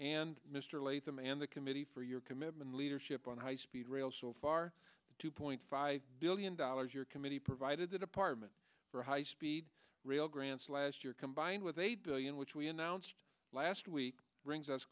and mr latham and the committee for your commitment leadership on high speed rail so far two point five billion dollars your committee provided the department for high speed rail grants last year combined with a billion which we announced last week brings us